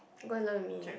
go and learn with me